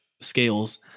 Scales